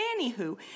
anywho